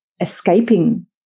escaping